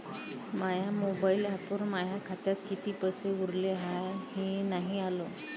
माया mobile ॲपवर माया खात्यात किती पैसे उरले हाय हे नाही आलं